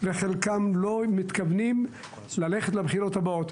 וחלקם לא מתכוונים ללכת לבחירות הבאות.